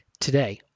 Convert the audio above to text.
Today